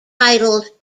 titled